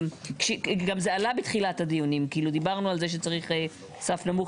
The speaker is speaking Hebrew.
גם זה עלה בתחילת הדיונים; דיברנו על כך שצריך סף נמוך